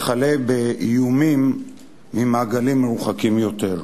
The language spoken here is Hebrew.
וכלה באיומים ממעגלים מרוחקים יותר.